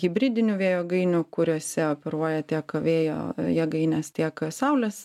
hibridinių vėjo jėgainių kuriose operuoja tiek vėjo jėgainės tiek saulės